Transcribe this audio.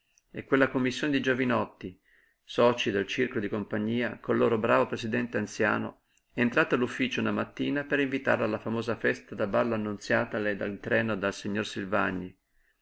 e quella commissione di giovinotti soci del circolo di compagnia col loro bravo presidente anziano entrata all'ufficio una mattina per invitarla alla famosa festa da ballo annunziatale in treno dal signor silvagni che